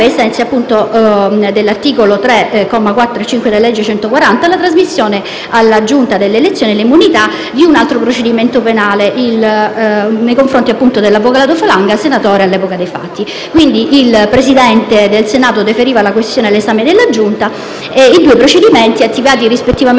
dell'articolo 3, commi 4 e 5 della legge n. 140 del 2013, la trasmissione alla Giunta delle elezioni e delle immunità di un altro procedimento penale nei confronti dell'avvocato Falanga, senatore all'epoca dei fatti. Quindi, il Presidente del Senato deferiva la questione all'esame della Giunta e i due procedimenti, attivati rispettivamente uno